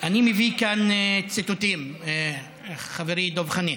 אני מביא כאן ציטוטים, חברי דב חנין.